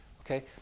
Okay